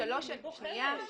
היא בוחרת.